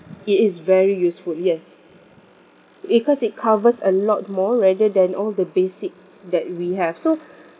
it is very useful yes because it covers a lot more rather than all the basics that we have so